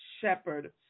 shepherd